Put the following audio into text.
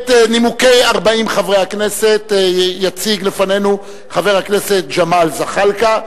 את נימוקי 40 חברי הכנסת יציג לפנינו חבר הכנסת ג'מאל זחאלקה,